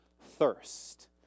thirst